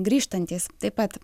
grįžtantys taip pat